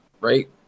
right